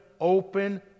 open